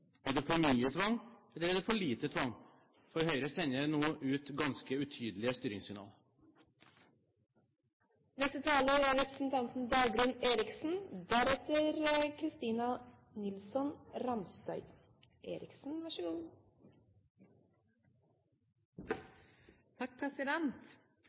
Er det for mye tvang – eller er det for lite tvang? For Høyre sender nå ut ganske